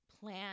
plan